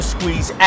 Squeeze